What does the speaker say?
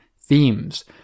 themes